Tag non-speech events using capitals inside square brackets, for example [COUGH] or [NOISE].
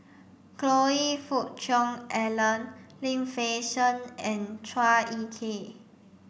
[UNINTELLIGIBLE] Fook Cheong Alan Lim Fei Shen and Chua Ek Kay